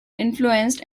influenced